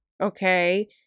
okay